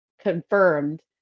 confirmed